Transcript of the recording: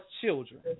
children